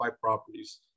properties